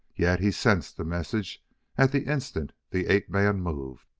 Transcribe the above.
yet he sensed the message at the instant the ape-man moved.